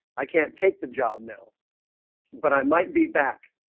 i can't take the job now but i might be back